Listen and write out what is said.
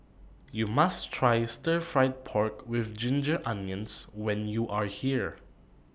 YOU must Try Stir Fried Pork with Ginger Onions when YOU Are here